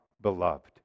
beloved